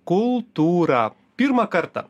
kultūrą pirmą kartą